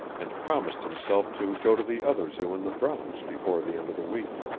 and promised himself to go to the other zoo in the bronx before the end of the week.